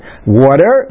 water